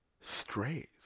strays